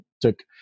took